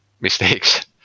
mistakes